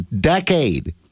decade